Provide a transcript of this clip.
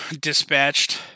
dispatched